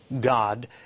God